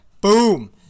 Boom